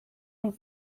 und